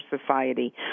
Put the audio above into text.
Society